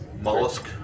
Mollusk